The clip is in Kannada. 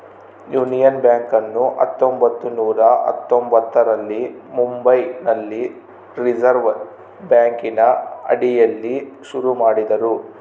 ಯೂನಿಯನ್ ಬ್ಯಾಂಕನ್ನು ಹತ್ತೊಂಭತ್ತು ನೂರ ಹತ್ತೊಂಭತ್ತರಲ್ಲಿ ಮುಂಬೈನಲ್ಲಿ ರಿಸೆರ್ವೆ ಬ್ಯಾಂಕಿನ ಅಡಿಯಲ್ಲಿ ಶುರು ಮಾಡಿದರು